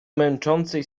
męczącej